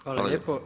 Hvala lijepo.